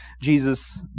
Jesus